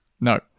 no